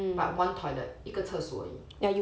but one toilet 一个厕所而已